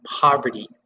poverty